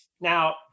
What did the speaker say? Now